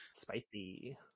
spicy